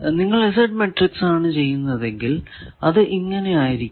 നിങ്ങൾ Z matrix ആണ് ചെയ്യുന്നതെങ്കിൽ അത് ഇങ്ങനെ ആയിരിക്കും